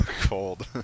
cold